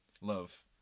love